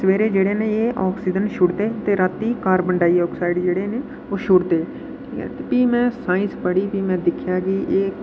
सबेरे जेह्ड़े न एह् आक्सीजन छोड़दे ते रातीं कार्वन डाईओकसाइड छोड़दे फ्ही में साइंस पढ़ी फ्ही में दिक्खेआ कि एह् के